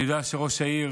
אני יודע שראש העיר